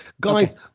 Guys